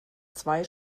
zwei